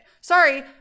Sorry